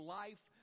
life